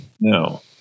No